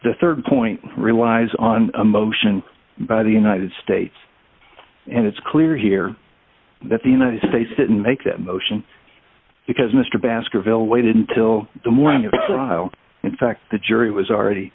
brief the rd point relies on a motion by the united states and it's clear here that the united states didn't make that motion because mr baskerville waited until the morning if in fact the jury was already